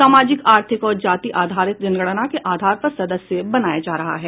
सामाजिक आर्थिक और जाति आधारित जनगणना के आधार पर सदस्य बनाया जा रहा है